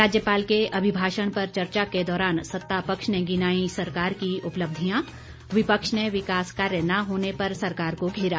राज्यपाल के अभिभाषण पर चर्चा के दौरान सत्ता पक्ष ने गिनाई सरकार की उपलब्धियां विपक्ष ने विकास कार्य न होने पर सरकार को घेरा